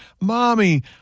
Mommy